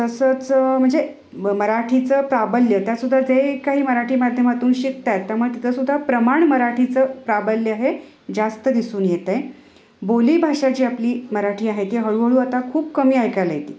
तसेच म्हणजे मराठीचे प्राबल्य त्यात सुद्धा जे काही मराठी माध्यमातून शिकत आहेत त्यामुळे तिथे सुद्धा प्रमाण मराठीचे प्राबल्य हे जास्त दिसून येत आहे बोली भाषा जी आपली मराठी आहे ती हळूहळू आता खूप कमी ऐकायला येते